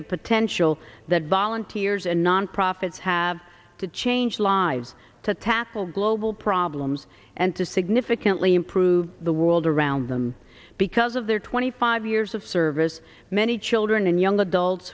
the potential that volunteers and nonprofits have to change lives to tackle global problems and to significantly improve the world around them because of their twenty five years of service many children and young adults